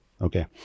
Okay